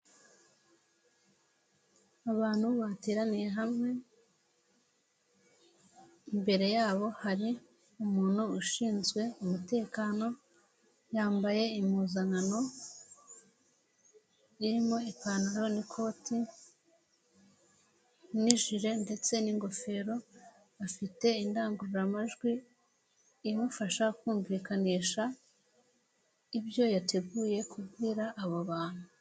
Abantu bateraniye hamwe, imbere yabo hari umuntu ushinzwe umutekano, yambaye impuzankano, irimo ipantaro n'ikoti n'ijire ndetse n'ingofero, afite indangururamajwi, imufasha kumvikanisha ibyo yateguye kubwira abo bantu.